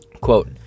Quote